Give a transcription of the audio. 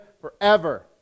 forever